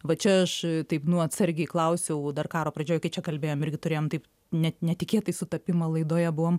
va čia aš taip nu atsargiai klausiau dar karo pradžioj kai čia kalbėjom irgi turėjom taip net netikėtai sutapimą laidoje buvom